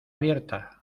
abierta